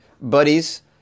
buddies